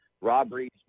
robberies